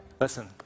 Listen